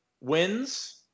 wins